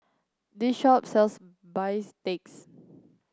this shop sells Bistakes